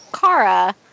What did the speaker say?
kara